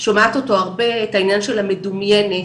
אותו הרבה, את העניין של המדומיינת,